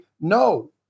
no